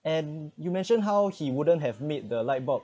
and you mentioned how he wouldn't have made the light bulb